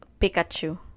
Pikachu